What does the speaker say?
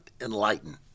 enlighten